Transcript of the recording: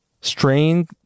Strain